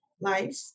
life